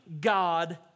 God